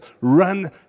Run